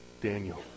Daniel